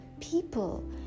people